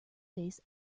base